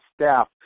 staff